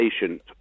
patient